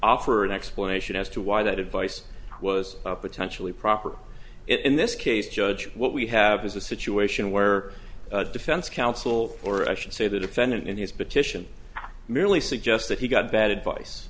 offer an explanation as to why that advice was potentially proper in this case judge what we have is a situation where defense counsel or i should say the defendant in his petition merely suggest that he got bad advice